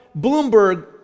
Bloomberg